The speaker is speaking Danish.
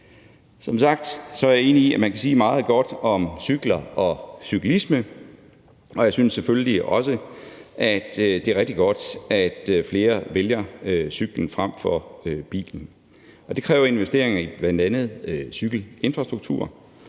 Som sagt er jeg enig i, at man kan sige meget godt om cykler og cyklisme, og jeg synes selvfølgelig også, at det er rigtig godt, at flere vælger cyklen frem for bilen. Det kræver investeringer i bl.a. cykelinfrastruktur.